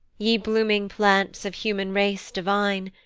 ye blooming plants of human race divine,